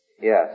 Yes